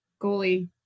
goalie